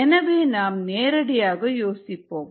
எனவே நாம் நேரடியாக யோசிப்போம்